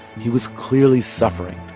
he was clearly suffering,